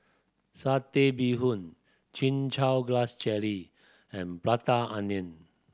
Satay Bee Hoon Chin Chow Grass Jelly and Prata Onion